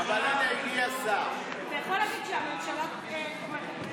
אתה יכול להגיד שהממשלה תומכת.